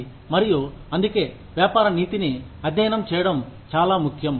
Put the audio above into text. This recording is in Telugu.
మరియు అందుకే వ్యాపార నీతిని అధ్యయనం చేయడం చాలా ముఖ్యం